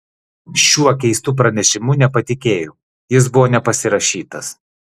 šiuo keistu pranešimu nepatikėjau jis buvo nepasirašytas